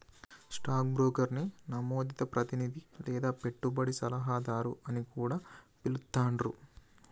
stock బ్రోకర్ని నమోదిత ప్రతినిధి లేదా పెట్టుబడి సలహాదారు అని కూడా పిలుత్తాండ్రు